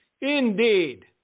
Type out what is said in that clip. Indeed